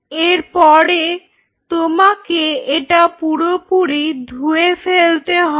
এরপরে তোমাকে এটা পুরোপুরি ধুয়ে ফেলতে হবে